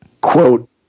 Quote